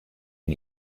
and